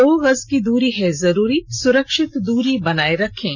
दो गज की दूरी है जरूरी सुरक्षित दूरी बनाए रखें